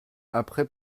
après